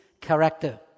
character